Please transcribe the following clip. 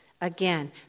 Again